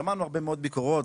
שמענו הרבה מאוד ביקורות,